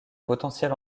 potentiel